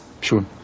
Sure